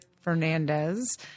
Fernandez